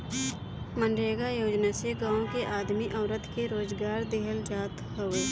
मनरेगा योजना से गांव के आदमी औरत के रोजगार देहल जात हवे